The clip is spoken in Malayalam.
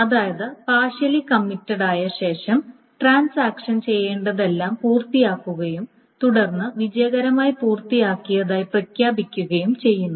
അതായത് പാർഷ്യലി കമ്മിറ്റഡായ ശേഷം ട്രാൻസാക്ഷൻ ചെയ്യേണ്ടതെല്ലാം പൂർത്തിയാക്കുകയും തുടർന്ന് വിജയകരമായി പൂർത്തിയാക്കിയതായി പ്രഖ്യാപിക്കുകയും ചെയ്യുന്നു